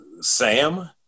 Sam